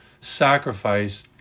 sacrifice